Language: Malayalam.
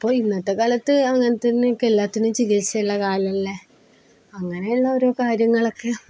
അപ്പോള് ഇന്നത്തെക്കാലത്ത് അങ്ങനത്തേതിനൊക്കെ എല്ലാത്തിനും ചികിത്സയുള്ള കാലമല്ലേ അങ്ങനെയുള്ള ഓരോ കാര്യങ്ങളൊക്കെ